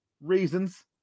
reasons